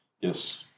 Yes